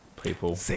people